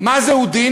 מה זה הודיני?